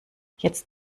jetzt